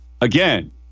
Again